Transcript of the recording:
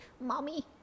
mommy